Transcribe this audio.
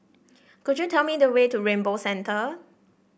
could you tell me the way to Rainbow Centre